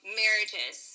marriages